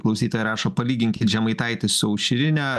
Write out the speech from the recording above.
klausytojai rašo palyginkit žemaitaitį su aušrine